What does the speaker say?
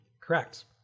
Correct